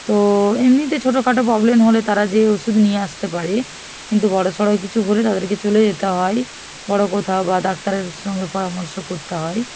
তো এমনিতে ছোটো খাটো প্রবলেম হলে তারা যেয়ে ওষুধ নিয়ে আসতে পারে কিন্তু বড়ো সড়ো কিছু হলে তাদেরকে চলে যেতে হয় বড়ো কোথাও বা দাক্তারের সঙ্গে পরামর্শ করতে হয়